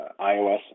iOS